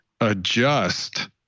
adjust